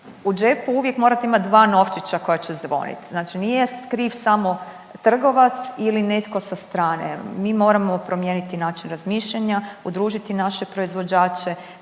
u džepu morate uvijek imati dva novčića koja će zvonit. Znači nije kriv samo trgovac ili netko sa strane, mi moramo promijeniti način razmišljanja, udružiti naše proizvođače,